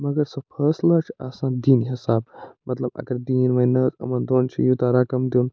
مگر سُہ فٲصلہٕ حظ چھِ آسان دیٖنہٕ حِسابہٕ مطلب اگر دیٖن وَنہِ نہٕ حظ یِمَن دۄن چھِ یوٗتاہ رَقَم دیُن